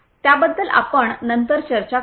त्याबद्दल आपण नंतर चर्चा करू